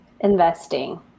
investing